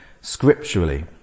scripturally